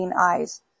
eyes